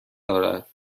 دارد